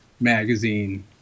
magazine